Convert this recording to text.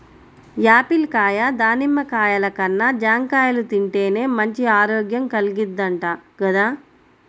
Apple కాయ, దానిమ్మ కాయల కన్నా జాంకాయలు తింటేనే మంచి ఆరోగ్యం కల్గిద్దంట గదా